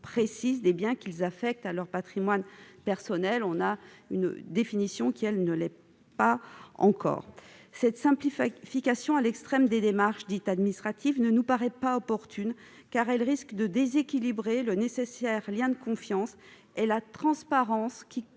précise des biens qu'ils affectent à leur patrimoine professionnel. Cette simplification à l'extrême des démarches dites « administratives » ne nous paraît par opportune, car elle risque de déséquilibrer le nécessaire lien de confiance et la transparence qui